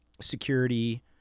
security